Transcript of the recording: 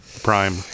Prime